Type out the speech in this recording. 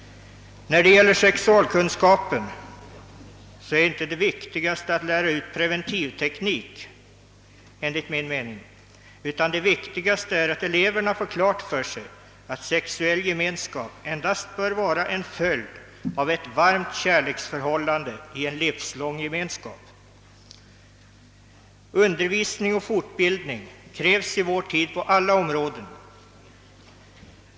När det gäller sexualkunskapen är inte det viktigaste att lära ut preventivteknik utan det viktigaste är att eleverna får klart för sig, att sexuell gemenskap endast bör vara en följd av ett varmt kärleksförhållande i en gemenskap som man avser skall bli livslång. Undervisning och fortbildning krävs i vår tid på alla områden.